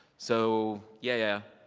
so yeah, yeah,